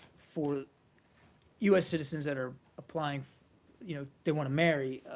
for u s. citizens that are applying, you know they want to marry